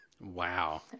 Wow